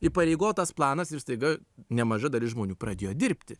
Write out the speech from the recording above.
įpareigotas planas ir staiga nemaža dalis žmonių pradėjo dirbti